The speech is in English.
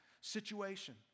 situation